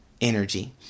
energy